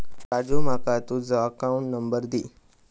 राजू माका तुझ account number दी